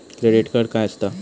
Credit card काय असता?